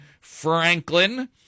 Franklin